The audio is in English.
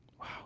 Wow